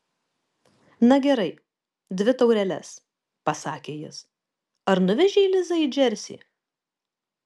na gerai dvi taureles pasakė jis ar nuvežei lizą į džersį